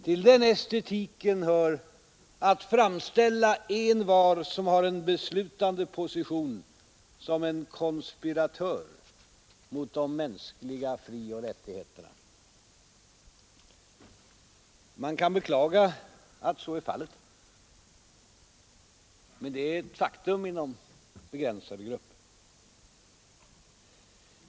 Till den estetiken hör att framställa envar som har en beslutande position som en konspiratör mot de mänskliga frioch rättigheterna.” Man kan beklaga att så är fallet, men det är ett faktum inom begränsade grupper.